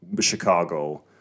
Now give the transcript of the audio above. Chicago